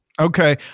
okay